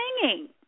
singing